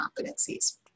competencies